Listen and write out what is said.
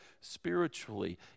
spiritually